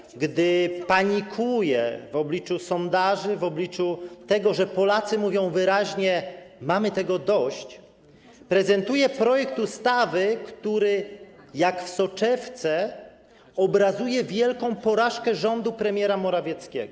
Dzisiaj, gdy panikuje w obliczu sondaży, w obliczu tego, że Polacy mówią wyraźnie: mamy tego dość, prezentuje projekt ustawy, który jak w soczewce obrazuje wielką porażkę rządu premiera Morawieckiego.